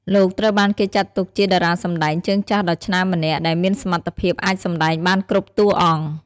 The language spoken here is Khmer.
លោកត្រូវបានគេចាត់ទុកជាតារាសម្តែងជើងចាស់ដ៏ឆ្នើមម្នាក់ ដែលមានសមត្ថភាពអាចសម្តែងបានគ្រប់តួអង្គ។